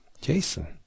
Jason